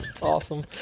Awesome